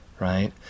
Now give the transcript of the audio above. right